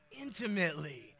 intimately